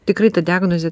tikrai ta diagnozė